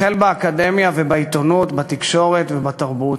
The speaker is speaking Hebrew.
החל באקדמיה ובעיתונות, בתקשורת ובתרבות,